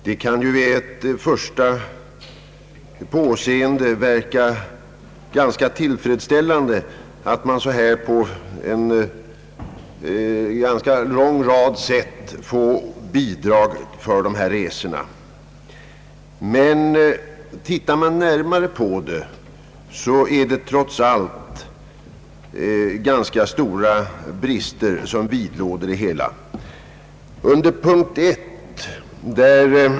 Det kan ju vid ett första påseende verka ganska tillfredsställande att det så här på olika sätt kan utgå bidrag för dessa resor, men tittar man närmare på det finns det trots allt ganska stora brister i det hela.